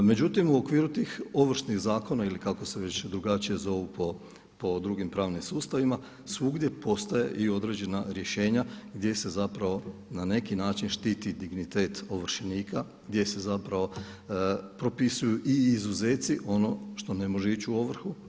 Međutim u okviru tih ovršnih zakona ili kako se već drugačije zovu po drugim pravnim sustavima svugdje postaje i određena rješenja gdje se zapravo na neki način štiti dignitet ovršenika, gdje se zapravo propisuju i izuzeci ono što ne može ići u ovrhu.